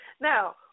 Now